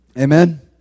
Amen